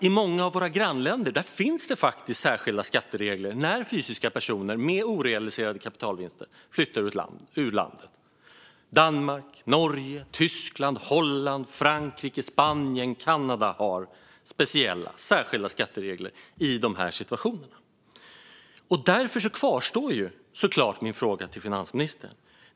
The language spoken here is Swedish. I många av våra grannländer, fru talman, gäller särskilda skatteregler när fysiska personer med orealiserade kapitalvinster flyttar från landet. Danmark, Norge, Tyskland, Holland, Frankrike, Spanien och Kanada har särskilda skatteregler i dessa situationer. Därför kvarstår såklart min fråga till finansministern.